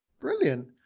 Brilliant